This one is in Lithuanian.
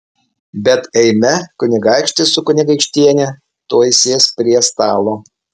bet eime kunigaikštis su kunigaikštiene tuoj sės prie stalo